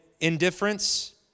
indifference